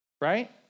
Right